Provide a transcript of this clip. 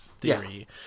theory